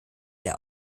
der